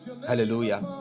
hallelujah